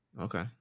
Okay